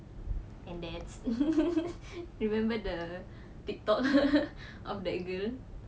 and dads you remember the TikTok of the girl